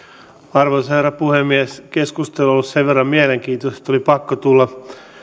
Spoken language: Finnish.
arvoisa herra puhemies keskustelu on ollut sen verran mielenkiintoista että oli pakko tulla